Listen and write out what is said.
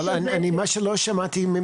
אבל מה שלא שמעתי,